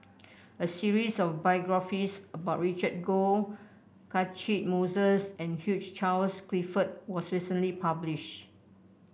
a series of biographies about Roland Goh Catchick Moses and Hugh Charles Clifford was recently published